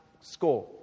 score